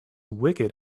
wicked